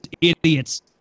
idiots